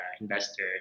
investor